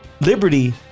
Liberty